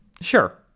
Sure